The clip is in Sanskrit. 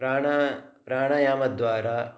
प्राणाः प्राणायामद्वारा